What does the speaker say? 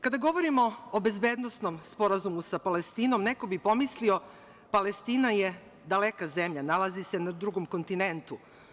Kada govorimo o bezbednosnom sporazumu sa Palestinom, neko bi pomislio – Palestina je daleka zemlja, nalazi se na drugom kontinentu.